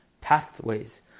pathways